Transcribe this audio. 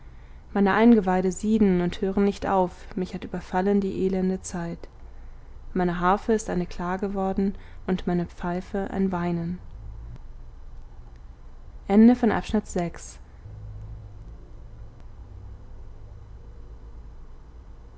meine eingeweide sieden und hören nicht auf mich hat überfallen die elende zeit meine harfe ist eine klage worden und meine pfeife ein weinen